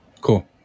Cool